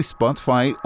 Spotify